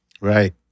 Right